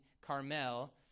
Carmel